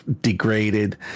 degraded